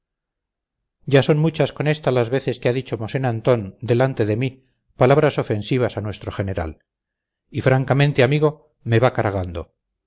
ya son muchas con esta las veces que ha dicho mosén antón delante de mí palabras ofensivas a nuestro general y francamente amigo me va cargando